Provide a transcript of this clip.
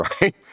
right